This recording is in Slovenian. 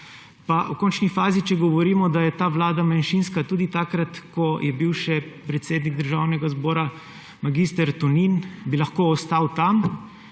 Pa v končni fazi, če govorimo, da je ta vlada manjšinska, tudi takrat, ko je bil še predsednik Državnega zbora mag. Tonin, bi lahko ostal tam,